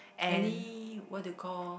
any what you call